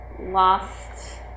lost